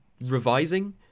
revising